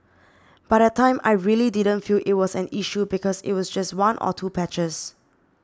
but that time I really didn't feel it was an issue because it was just one or two patches